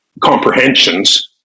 comprehensions